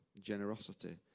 generosity